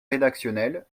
rédactionnel